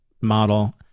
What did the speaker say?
model